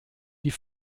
die